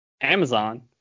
Amazon